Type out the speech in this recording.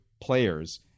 players